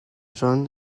john